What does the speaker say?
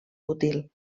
útil